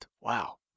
Wow